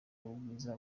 w’ubwiza